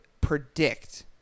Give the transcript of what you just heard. predict